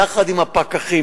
יחד עם הפקחים,